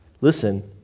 Listen